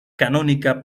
canónica